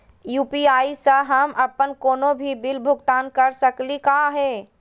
UPI स हम अप्पन कोनो भी बिल भुगतान कर सकली का हे?